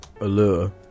allure